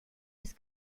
des